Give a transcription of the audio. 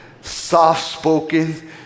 soft-spoken